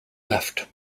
left